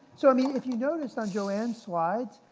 so i mean if you noticed on joanne's slides,